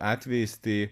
atvejais tai